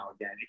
again